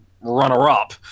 runner-up